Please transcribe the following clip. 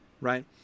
right